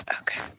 okay